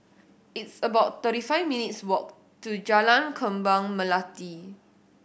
it's about thirty five minutes' walk to Jalan Kembang Melati